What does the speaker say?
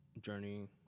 journey